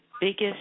biggest